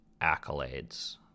accolades